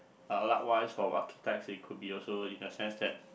uh likewise for archetypes it could be also in a sense that